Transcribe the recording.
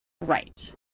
Right